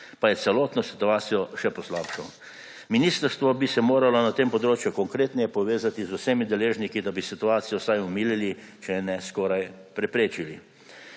pa je celotno situacijo še poslabšal. Ministrstvo bi se moralo na tem področju konkretneje povezati z vsemi deležniki, da bi situacijo vsaj omilili, če je ne skoraj preprečili.